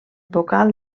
vocal